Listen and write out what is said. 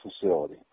facility